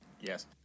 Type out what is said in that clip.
Yes